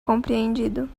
compreendido